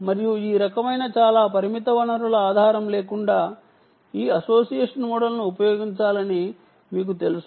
మరియు ఈ రకమైన చాలా పరిమిత వనరుల ఆధారం లేకుండా ఈ అసోసియేషన్ మోడల్ను ఉపయోగించాలని మీకు తెలుసు